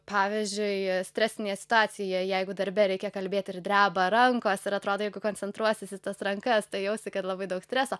pavyzdžiui stresinėj situacijoj jeigu darbe reikia kalbėti ir dreba rankos ir atrodo jeigu koncentruosis į tas rankas tai jausi kad labai daug streso